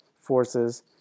forces